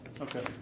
Okay